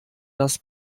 das